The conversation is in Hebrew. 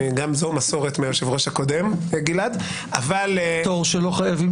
גם זו מסורת מהיושב-ראש הקודם --- פטור שלא חייבים